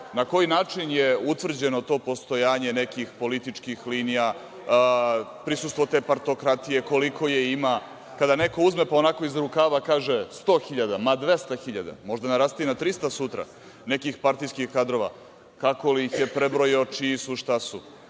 na koji način je utvrđeno to postojanje nekih političkih linija, prisustvo te partokratije, koliko je ima, kada neko uzme pa onako iz rukava kaže 100 hiljada, 200 hiljada, možda naraste i na 300, nekih partijskih kadrova. Kako ih je prebrojao, čiji su, šta su? To